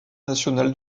national